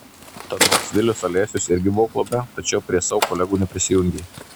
tad nors vilius alesius irgi buvo klube tačiau prie savo kolegų neprisijungė